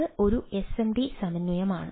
അത് ഒരു SMD സമന്വയമാണ്